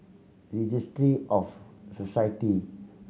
Registry of Society